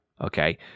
Okay